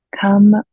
Come